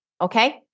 okay